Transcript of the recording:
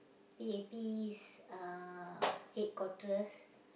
P_A_P's uh headquarters